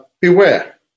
beware